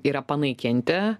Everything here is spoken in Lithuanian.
yra panaikinti